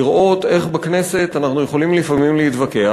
לכך שאנחנו בכנסת יכולים לפעמים להתווכח,